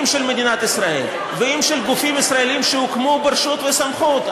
אם של מדינת ישראל ואם של גופים ישראליים שהוקמו ברשות וסמכות,